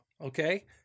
okay